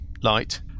light